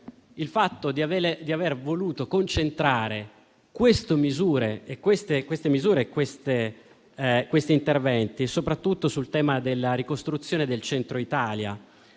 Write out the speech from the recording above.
il fatto di aver voluto concentrare queste misure e questi interventi soprattutto sul tema della ricostruzione del Centro Italia.